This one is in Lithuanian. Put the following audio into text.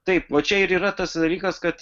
taip va čia ir yra tas dalykas kad